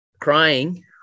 crying